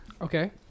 Okay